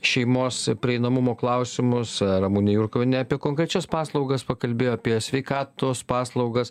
šeimos prieinamumo klausimus ramunė jurkuvienė apie konkrečias paslaugas pakalbėjo apie sveikatos paslaugas